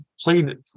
played